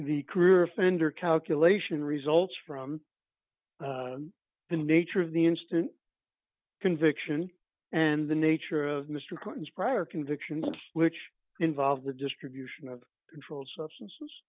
the career offender calculation results from the nature of the instant conviction and the nature of mr clinton's prior convictions which involve the distribution of controlled substances